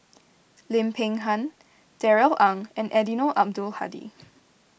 Lim Peng Han Darrell Ang and Eddino Abdul Hadi